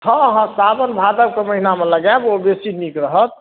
हाँ हाँ साओन भादव कऽ महिनामे लगायब ओ बेसी नीक रहत